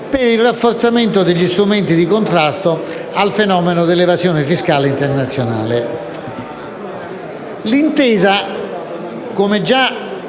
per il rafforzamento degli strumenti di contrasto al fenomeno della evasione fiscale internazionale.